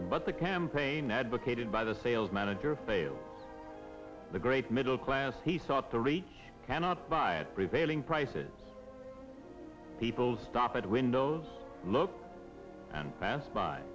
but the campaign advocated by the sales manager the great middle class he sought the rate cannot buy at prevailing prices people stop at windows look and pass by